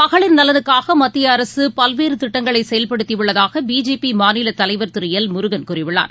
மகளிர் நலனுக்காகமத்தியஅரசுபல்வேறுதிட்டங்களைசெயல்படுத்தியுள்ளதாகபிஜேபிமாநிலதலைவர் திருஎல் முருகன் கூறியுள்ளார்